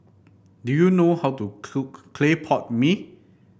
do you know how to cook Clay Pot Mee